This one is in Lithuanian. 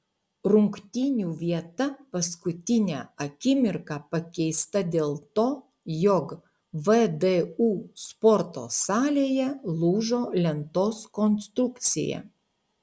rungtynių vieta paskutinę akimirką pakeista dėl to jog vdu sporto salėje lūžo lentos konstrukcija